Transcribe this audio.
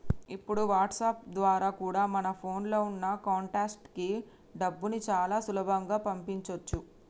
ఇప్పుడు వాట్సాప్ ద్వారా కూడా మన ఫోన్ లో ఉన్న కాంటాక్ట్స్ కి డబ్బుని చాలా సులభంగా పంపించొచ్చు